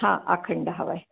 हां अखंड हवा आहे